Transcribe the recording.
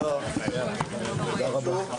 תודה רבה,